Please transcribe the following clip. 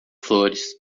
flores